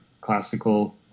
classical